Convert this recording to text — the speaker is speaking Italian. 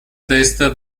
testa